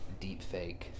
deepfake